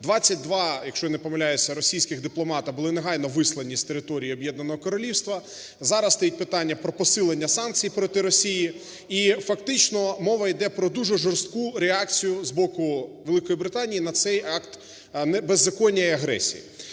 22, якщо я не помиляюся, російських дипломати були негайно вислані з території Об'єднаного Королівства. Зараз стоїть питання про посилення санкцій проти Росії. І фактично мова йде про дуже жорстку реакцію з боку Великої Британії на цей акт беззаконня і агресії.